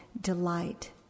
delight